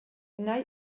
nahi